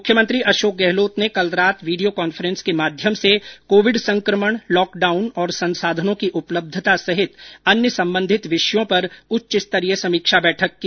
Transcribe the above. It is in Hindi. मुख्यमंत्री अशोक गहलोत ने कल रात वीडियो कॉन्फ्रेंस के माध्यम से कोविड संक्रमण लॉकडाउन और संसाधनों की उपलब्धता सहित अन्य संबंधित विषयों पर उच्च स्तरीय समीक्षा बैठक की